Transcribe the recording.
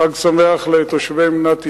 חג שמח לתושבי מדינת ישראל.